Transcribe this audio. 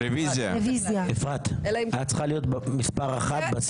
הצבעה בעד, 4 נגד, 8 נמנעים, אין לא אושר.